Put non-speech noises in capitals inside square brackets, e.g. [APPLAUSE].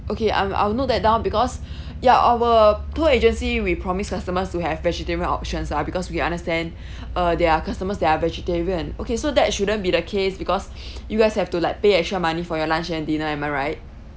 okay I'm I'll note that down because [BREATH] ya our tour agency we promise customers to have vegetarian options lah because we understand [BREATH] uh there are customers that are vegetarian okay so that shouldn't be the case because [BREATH] you guys have to like pay extra money for your lunch and dinner am I right